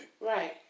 Right